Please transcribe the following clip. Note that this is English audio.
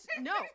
No